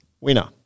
winner